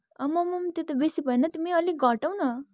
आम्मामा त्यो त बेसी भएन तिमी अलिक घटाऊ न